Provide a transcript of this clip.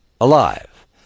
alive